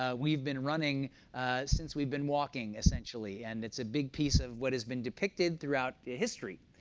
ah we've been running since we've been walking, essentially, and it's a big piece of what has been depicted throughout history.